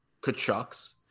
kachucks